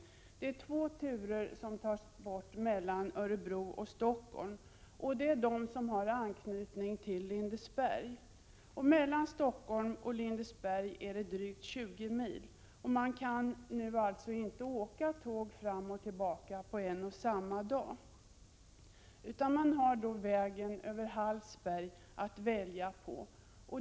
Det är två turer som tas bort mellan Örebro och Stockholm, och det är de som har anknytning till Lindesberg. Mellan Stockholm och Lindesberg är det drygt 20 mil. Nu kan man alltså här inte längre åka tåg fram och tillbaka på en och samma dag. Man kan bara välja vägen över Hallsberg.